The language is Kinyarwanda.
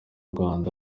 rwanda